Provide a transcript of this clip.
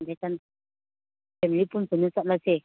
family ꯄꯨꯟ ꯄꯨꯟꯅ ꯆꯠꯂꯁꯦ